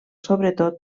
sobretot